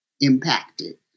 Impacted